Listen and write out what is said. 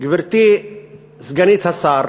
גברתי סגנית השר,